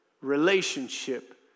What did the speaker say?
relationship